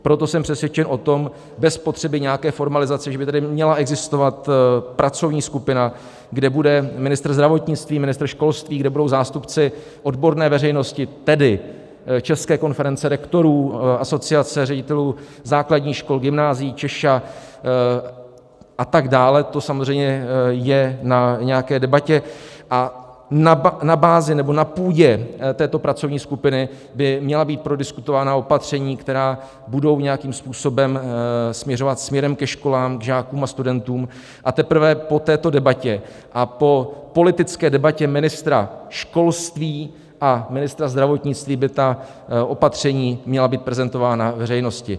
Proto jsem přesvědčen o tom, bez potřeby nějaké formalizace, že by tady měla existovat pracovní skupina, kde bude ministr zdravotnictví, ministr školství, kde budou zástupci odborné veřejnosti, tedy České konference rektorů, Asociace ředitelů základních škol, gymnázií, CZESHa atd., to samozřejmě je na nějaké debatě, a na bázi nebo na půdě této pracovní skupiny by měla být prodiskutována opatření, která budou nějakým způsobem směřovat směrem ke školám, k žákům a studentům, a teprve po této debatě a po politické debatě ministra školství a ministra zdravotnictví by ta opatření měla být prezentována veřejnosti.